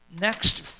next